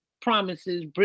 promises